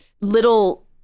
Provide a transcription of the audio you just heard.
little